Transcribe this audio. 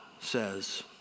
says